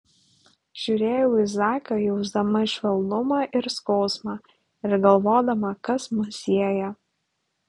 žiūrėjau į zaką jausdama švelnumą ir skausmą ir galvodama kas mus sieja